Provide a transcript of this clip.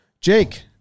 Jake